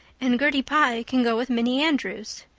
and gertie pye can go with minnie andrews.